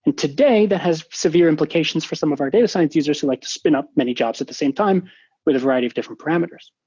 and today, that has severe implications for some of our data science user who like to spin up many jobs at the same time with a variety of different parameters.